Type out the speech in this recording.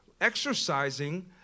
exercising